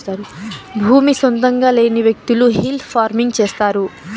భూమి సొంతంగా లేని వ్యకులు హిల్ ఫార్మింగ్ చేస్తారు